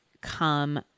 come